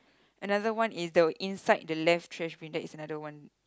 another one is the inside the left trash bin that is another one